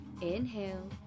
Inhale